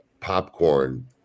popcorn